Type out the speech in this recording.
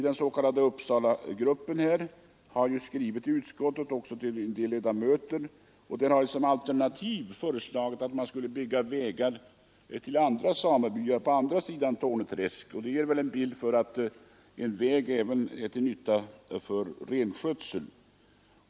Den s.k. Uppsalagruppen, som även tillskrivit utskottet, har som alternativ föreslagit att man skulle bygga vägar till andra samebyar, på andra sidan Torne träsk. Det ger väl också en bild av att en väg även är till nytta för renskötseln.